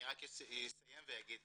אני רק אסיים ואגיד,